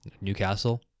Newcastle